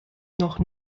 noch